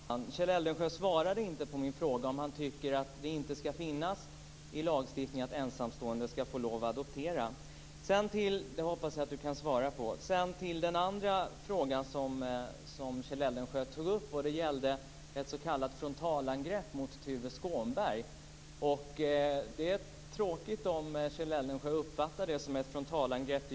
Fru talman! Kjell Eldensjö svarade inte på min fråga om han tycker att det inte ska finnas möjlighet i lagstiftningen för ensamstående att adoptera. Det hoppas jag att han kan svara på. Sedan till den andra frågan som Kjell Eldensjö tog upp. Det gällde ett s.k. frontalangrepp mot Tuve Skånberg. Det är tråkigt om Kjell Eldensjö uppfattar det som ett frontalangrepp.